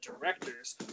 directors